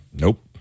nope